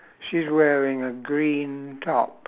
she's wearing a green top